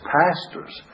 pastors